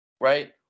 Right